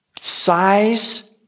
size